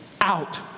Out